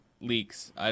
leaks